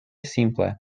simple